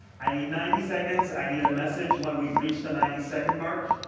i need ninety seconds. i need a message when we've reached the ninety second mark.